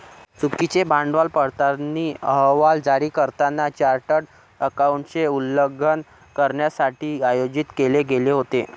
चुकीचे भांडवल पडताळणी अहवाल जारी करताना चार्टर्ड अकाउंटंटचे उल्लंघन करण्यासाठी आयोजित केले गेले होते